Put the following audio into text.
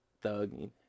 thug